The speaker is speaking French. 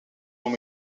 long